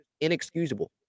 inexcusable